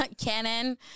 Canon